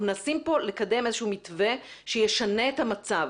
אנחנו מנסים פה לקדם איזה שהוא מתווה שישנה את המצב.